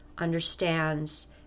understands